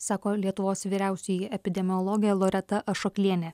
sako lietuvos vyriausioji epidemiologė loreta ašoklienė